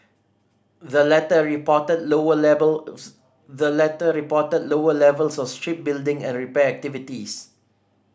the latter reported lower levels the latter reported lower levels of shipbuilding and repair activities